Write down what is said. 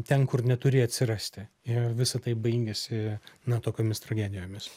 ten kur neturi atsirasti ir visa tai baigiasi na tokiomis tragedijomis